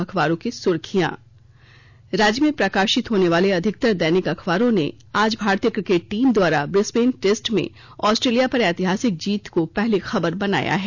अखबारों की सुर्खियांराज्य में प्रकाशित होने वाले अधिकतर दैनिक अखबारों ने आज भारतीय क्रिकेट टीम द्वारा ब्रिसबेन टेस्ट में ऑस्ट्रेलिया पर ऐतिहासिक जीत को पहली खबर बनाया है